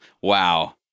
Wow